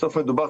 בסוף מדובר,